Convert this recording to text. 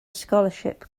scholarship